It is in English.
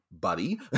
Buddy